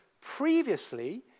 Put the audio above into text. previously